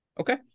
Okay